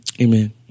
Amen